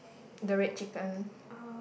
the red chicken